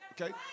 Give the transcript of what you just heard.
Okay